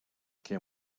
can